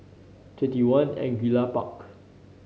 Twenty One Angullia Park